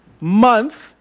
month